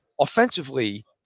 Offensively